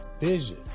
vision